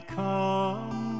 come